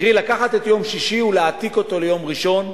קרי לקחת את יום שישי ולהעתיק אותו ליום ראשון,